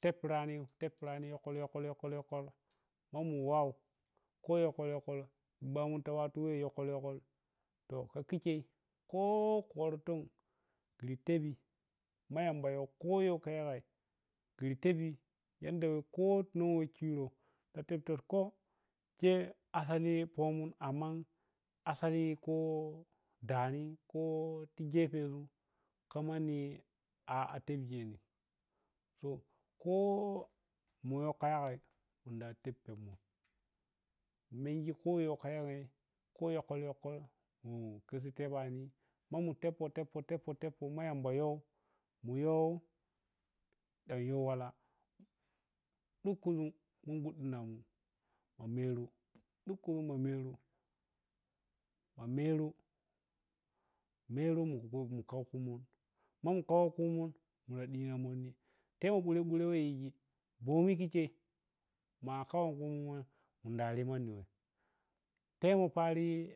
tepirani teppirani yokhol, yokhol, yokhol yokhol mana wau ke yoke yokhol ban tu wattu weh ko yokhol-yokhol to kha khikhei kho kha woroh titon khiri tepri ma yambayoh kho yoh kha yagai khiri tepri yadda kho nunoh khiro kha teptirko khe asali pomon amma asali koo ɗanih koo ti ʒepeʒun manni a lenpje nim koo muyo kha yagai munda teppeni menji kha yagai munda teppeniu menji kho khayi ta yagai kho yokhol-yokhol mu khesi kyabanin manu tepppo-teppo teppo teppo ma yambayoh mu yoh dan yoh walah dukuʒum mungunemu ma meru dukuʒum ma mere, meru mu khau khumu mamu khau khumu muradira munni tare ɓoro-ɓoro yeh yijji bomi mikhei ari manni weh temoh paraji.